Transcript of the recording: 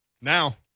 now